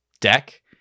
deck